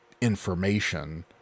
information